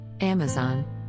Amazon